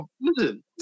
Listen